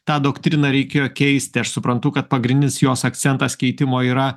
tą doktriną reikėjo keisti aš suprantu kad pagrindinis jos akcentas keitimo yra